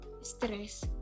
stress